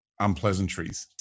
unpleasantries